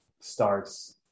starts